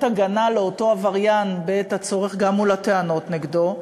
הגנה לאותו עבריין בעת הצורך גם מול הטענות נגדו,